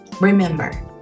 Remember